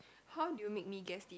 how do you make me guess this